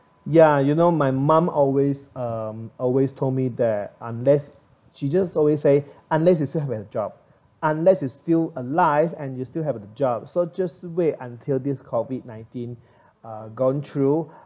ya you know my mum always uh always told me that unless she just always say unless you still have your job unless you still alive and you still have the job so just wait until this COVID nineteen gone through